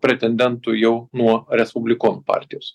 pretendentu jau nuo respublikonų partijos